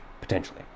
potentially